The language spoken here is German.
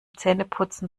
zähneputzen